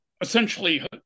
essentially